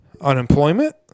Unemployment